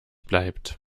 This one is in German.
bleibt